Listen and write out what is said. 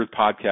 podcast